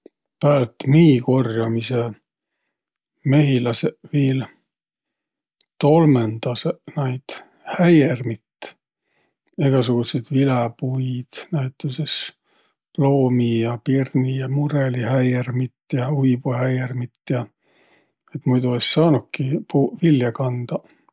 Päält mii korjamisõ mehiläseq viil tolmõndasõq naid häiermit, egäsugutsit viläpuid näütüses: ploomi- ja pirni- ja murõlihäiermit ja uibuhäiermit ja. Et muido es saanuki puuq viljä kandaq.